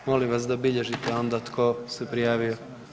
Molim vas da bilježite onda tko se prijavio.